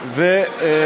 ולאשר אותו.